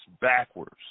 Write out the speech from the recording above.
backwards